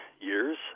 years